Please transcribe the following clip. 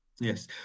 Yes